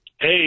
Hey